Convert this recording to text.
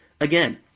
Again